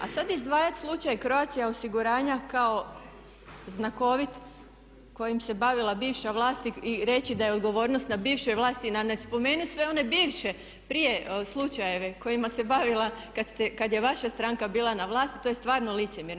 A sad izdvajati slučaj Croatia osiguranja kao znakovit kojim se bavila bivša vlast i reći da je odgovornost na bivšoj vlasti a ne spomenuti sve one bivše prije slučajeve kojima se bavila kad je vaša stranka bila na vlasti to je stvarno licemjerno.